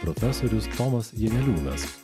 profesorius tomas janeliūnas